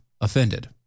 offended